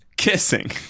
Kissing